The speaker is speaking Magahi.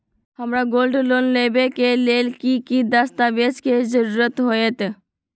हमरा गोल्ड लोन लेबे के लेल कि कि दस्ताबेज के जरूरत होयेत?